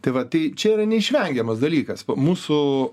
tai va tai čia yra neišvengiamas dalykas mūsų